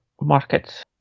markets